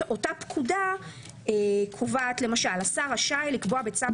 אותה פקודה קובעת למשל: השר רשאי לקבוע בצו